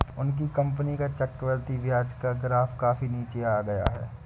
उनकी कंपनी का चक्रवृद्धि ब्याज का ग्राफ काफी नीचे आ गया है